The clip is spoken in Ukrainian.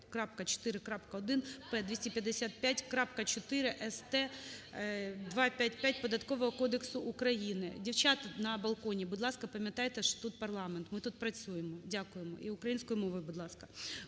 Дівчата на балконі, будь ласка, пам'ятайте, що тут парламент, ми тут працюємо. Дякуємо. І українською мовою, будь ласка.